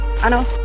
Ano